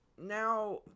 Now